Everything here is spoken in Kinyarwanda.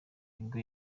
nibwo